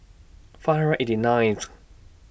five hundred eighty ninth